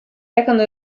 recano